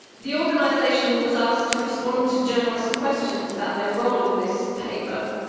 the organisation was asked to respond to journalists' questions about their role in this paper,